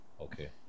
Okay